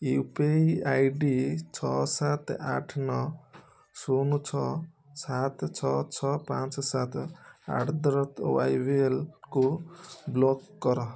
you P I I D ଛଅ ସାତ ଆଠ ନଅ ଶୂନ ଛଅ ସାତ ଛଅ ଛଅ ପାଞ୍ଚ ସାତ ଆଟ୍ ଦ ରେଟ୍ ୱାଇବିଏଲ୍କୁ ବ୍ଲକ୍ କର